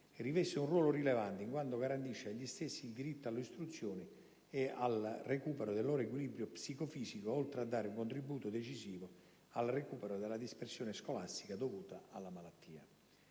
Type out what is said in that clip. riveste un ruolo rilevante, in quanto garantisce agli stessi il diritto all'istruzione e al recupero del loro equilibrio psico-fisico, oltre a dare un contributo decisivo al recupero della dispersione scolastica dovuta alla malattia.